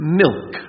milk